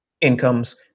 incomes